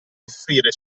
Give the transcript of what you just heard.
offrire